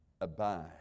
Abide